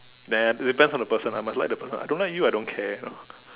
nah depends on the person I must like the person I don't like you I don't care you know